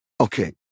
okay